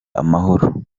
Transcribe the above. amahoro